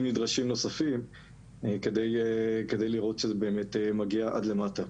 נוספים נדרשים כדי לראות שזה באמת מגיע עד למטה.